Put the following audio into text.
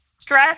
Stress